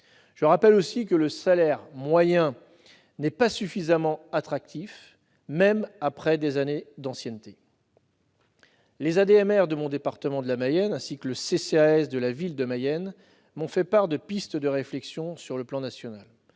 Je rappelle aussi que le salaire moyen n'est pas suffisamment attractif, même après des années d'ancienneté. Les ADMR de mon département, la Mayenne, et le CCAS de la ville de Mayenne m'ont fait part de pistes de réflexion sur le plan national